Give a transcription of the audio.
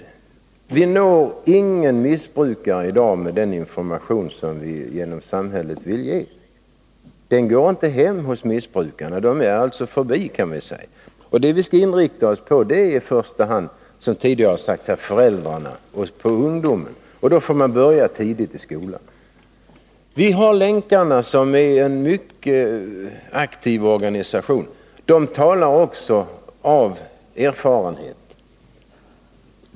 I dag når vi inga missbrukare med den information som vi vill ge genom samhället. Den går inte hem hos missbrukarna, den går förbi dem. Vad vi skall inrikta oss på är i första hand, som tidigare har sagts, föräldrarna och ungdomen. Då får man börja tidigt, redan i skolan. Länkarna är en mycket aktiv organisation. Dess medlemmar talar också av erfarenhet.